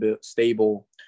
stable